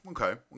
okay